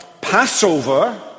Passover